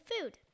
food